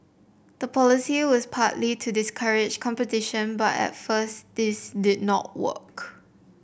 the policy was partly to discourage competition but at first this did not work